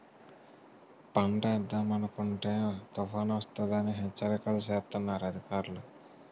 పంటేద్దామనుకుంటే తుపానొస్తదని హెచ్చరికలు సేస్తన్నారు అధికారులు